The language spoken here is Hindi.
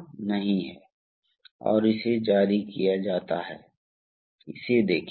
इसलिए आप देखते हैं कि हमारे पास तो हम एक